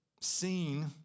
seen